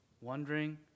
wondering